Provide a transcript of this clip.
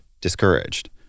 discouraged